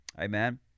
Amen